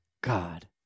god